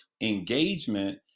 engagement